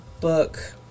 book